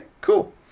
cool